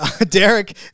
Derek